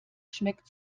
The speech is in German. schmeckt